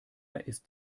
ist